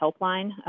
helpline